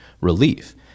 relief